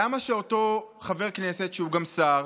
למה שאותו חבר כנסת שהוא גם שר